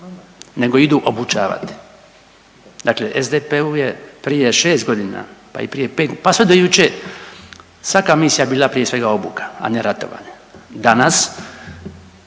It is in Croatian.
nego idu obučavati. Dakle, SDP-u je prije šest godina pa i prije pet pa sve do juče svaka misija bila prije svega obuka, a ne ratovanje, danas